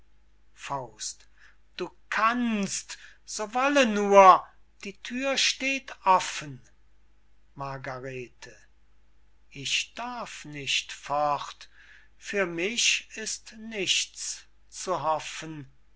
mit du kannst so wolle nur die thür steht offen margarete ich darf nicht fort für mich ist nichts zu hoffen